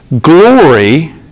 glory